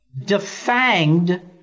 defanged